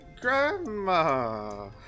Grandma